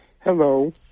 Hello